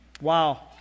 Wow